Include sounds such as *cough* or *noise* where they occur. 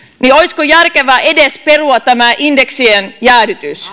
niin olisiko järkevää perua edes tämä indeksien jäädytys *unintelligible*